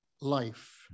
life